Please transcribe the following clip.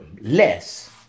less